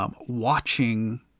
Watching